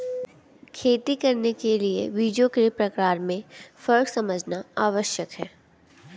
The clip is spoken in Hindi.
खेती करने के लिए बीजों के प्रकार में फर्क समझना आवश्यक है